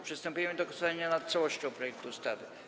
Przystępujemy do głosowania nad całością projektu ustawy.